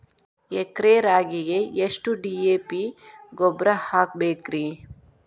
ಎಕರೆ ರಾಗಿಗೆ ಎಷ್ಟು ಡಿ.ಎ.ಪಿ ಗೊಬ್ರಾ ಹಾಕಬೇಕ್ರಿ?